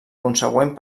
consegüent